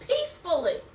peacefully